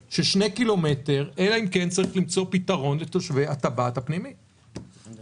בישיבה הקודמת הוא ממש שבה את לבי בעניין הזה למה